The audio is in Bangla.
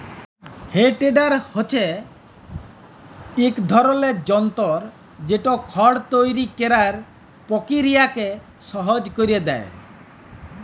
হে টেডার হছে ইক ধরলের যল্তর যেট খড় তৈরি ক্যরার পকিরিয়াকে সহজ ক্যইরে দেঁই